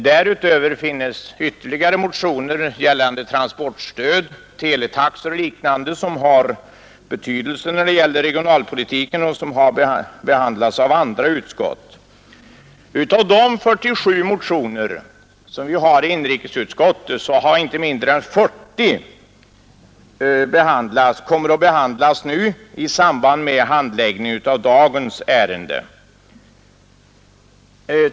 Därutöver finns ytterligare motioner gällande transportstöd, teletaxor och liknande som har betydelse när det gäller regionalpolitiken och som har behandlats av andra utskott. Av de 47 motioner som vi har i inrikesutskottet kommer inte mindre än 40 att behandlas nu i samband med handläggningen av dagens ärende.